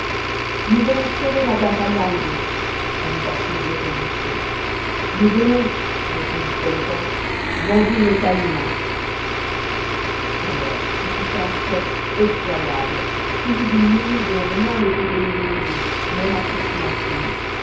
nous venons sauver madame fandango ajouta silvio pellico nous venons répondit coloquinte venger messalina alors ce fut un choc effroyable suivi d'une mêlée dont rien ne peut donner une idée même approximative